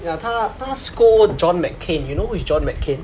ya 他他 scold john mccain you know who is john mccain